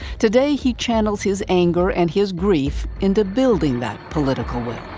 today he channels his anger and his grief into building that political will.